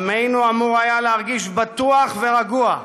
עמנו אמור היה להרגיש בטוח ורגוע,